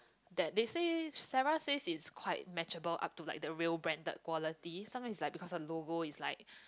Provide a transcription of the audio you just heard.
that they said Sara said is quite metrizable up to like the real branded quality sometimes is like because a logo is like